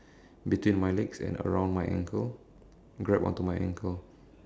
between my legs and around my ankle grab onto my ankle